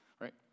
Right